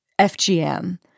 FGM